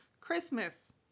Christmas